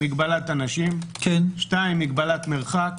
מגבלת אנשים 2. מגבלת מרחק.